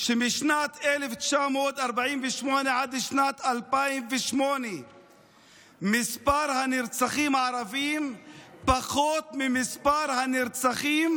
שמשנת 1948 עד שנת 2008 מספר הנרצחים הערבים היה פחות ממספר הנרצחים